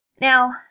Now